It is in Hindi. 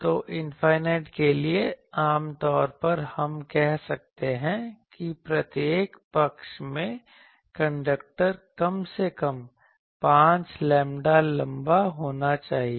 तो इनफाइनाइट के लिए आम तौर पर हम कहते हैं कि प्रत्येक पक्ष में कंडक्टर कम से कम 5 लैम्ब्डा लंबा होना चाहिए